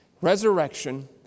resurrection